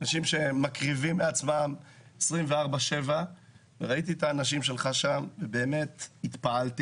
אנשים שמקריבים מעצמם 24/7. ראיתי את האנשים שלך שם ובאמת התפעלתי.